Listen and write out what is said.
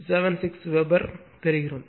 0676 weber பெறுவோம்